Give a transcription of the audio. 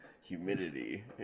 humidity